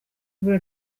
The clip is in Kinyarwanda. ibura